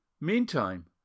Meantime